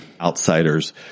outsiders